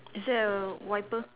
is there a wiper